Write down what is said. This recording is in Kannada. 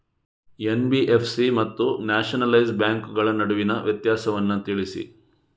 ಎನ್.ಬಿ.ಎಫ್.ಸಿ ಮತ್ತು ನ್ಯಾಷನಲೈಸ್ ಬ್ಯಾಂಕುಗಳ ನಡುವಿನ ವ್ಯತ್ಯಾಸವನ್ನು ತಿಳಿಸಿ?